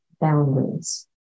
boundaries